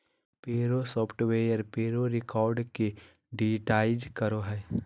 payroll software payroll record के digitise करो हइ